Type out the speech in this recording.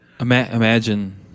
Imagine